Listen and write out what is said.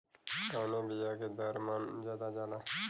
कवने बिया के दर मन ज्यादा जाला?